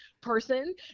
person